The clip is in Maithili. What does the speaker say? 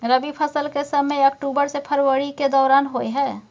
रबी फसल के समय अक्टूबर से फरवरी के दौरान होय हय